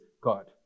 God